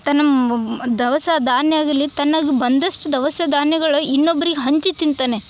ತನ್ನ ಮ್ ದವಸ ಧಾನ್ಯ ಆಗಿರಲಿ ತನಗೆ ಬಂದಷ್ಟು ದವಸ ಧಾನ್ಯಗಳ್ ಇನ್ನೊಬ್ಬರಿಗೆ ಹಂಚಿ ತಿಂತಾನೆ